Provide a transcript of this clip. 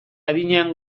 adinean